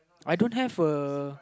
I don't have a